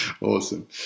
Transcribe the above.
Awesome